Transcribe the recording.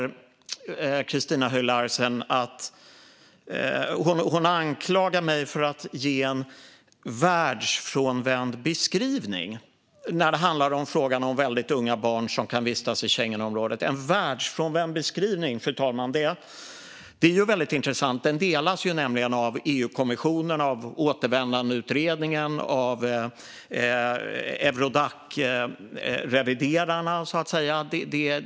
Christina Höj Larsen anklagar mig för att ge en världsfrånvänd beskrivning när det handlar om frågan om väldigt unga barn som kan vistas i Schengenområdet. Detta med en världsfrånvänd beskrivning är väldigt intressant, fru talman. Den delas nämligen av EU-kommissionen, Återvändandeutredningen och Eurodacreviderarna.